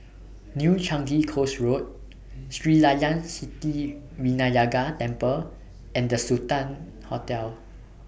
New Changi Coast Road Sri Layan Sithi Vinayagar Temple and The Sultan Hotel